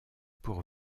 pour